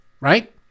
right